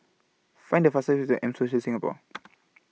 Find The fastest Way to M Social Singapore